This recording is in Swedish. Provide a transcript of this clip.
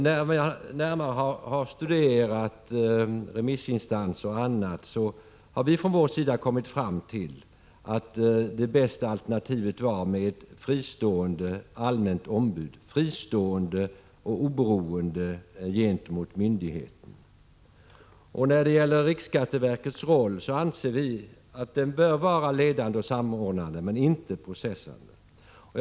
När vi närmare har studerat yttranden från remissinstan 101 ser och annat har vi från vår sida kommit fram till att det bästa alternativet är ett fristående allmänt ombud — fristående och oberoende gentemot myndigheten. Riksskatteverkets roll bör, anser vi, vara ledande och samordnande men inte processande.